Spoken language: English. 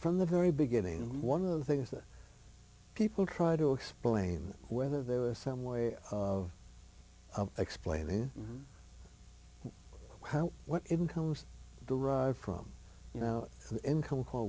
from the very beginning and one of the things that people try to explain whether there was some way of explaining how incomes derived from you know income